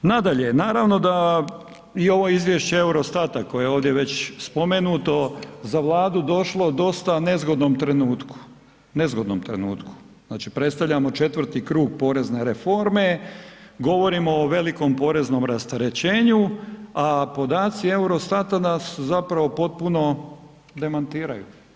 Nadalje, naravno da i ovo izvješće Eurostata koje je ovdje već spomenuto za Vladu došlo u dosta nezgodnom trenutku, nezgodnom trenutku, znači predstavljamo 4. krug porezne reforme, govorimo o velikom poreznom rasterećenju a podaci Eurostata nas zapravo potpuno demantiraju.